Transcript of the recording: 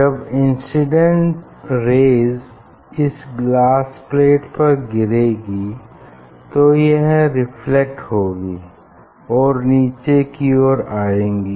जब incident rays इस glass plate पर गिरेगी तो यह रिफ्लेक्ट होगी और निचे की ओर आएंगी